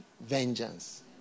vengeance